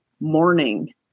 morning